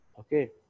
Okay